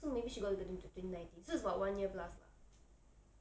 so maybe she got together in twenty nineteen so it is about one year plus lah